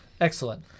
Excellent